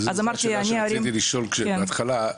זה השאלה שרציתי לשאול בהתחלה.